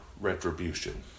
retribution